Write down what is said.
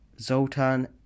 Zoltan